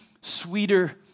sweeter